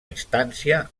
instància